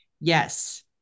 yes